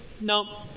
no